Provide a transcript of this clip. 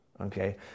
Okay